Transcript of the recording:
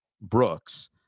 Brooks